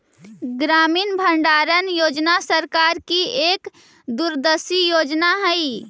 ग्रामीण भंडारण योजना सरकार की एक दूरदर्शी योजना हई